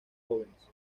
jóvenes